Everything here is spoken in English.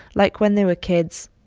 like when they were kids.